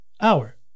Hour